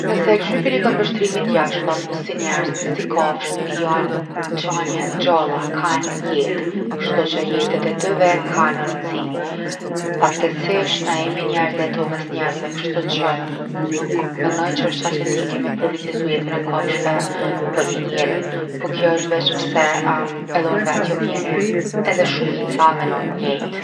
Nëse e kqyr prej një këndvështrimi t’jashtëm, si njerzt, si kafsht jon qanje t’gjalla, kan jetë. Kshtuqe jetë e te dyve kan rëndsi. Fatkeqsisht na jemi njerz, jetojm’ mes njerzve kshtuqë nuk menoj që osht qaq jetike me prioritizu jetën e kafshve përmi njerin. Po kjo osht veq pse edhe unë vet jom njeri edhe shumica menojmë njejt.